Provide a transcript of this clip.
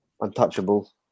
untouchable